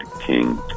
King